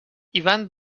ivan